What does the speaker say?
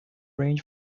range